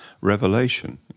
revelation